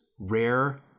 rare